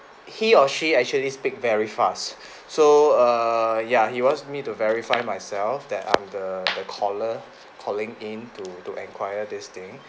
he or she actually speak very fast so err ya he wants me to verify myself that I'm the the caller calling in to to enquire this thing